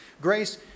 Grace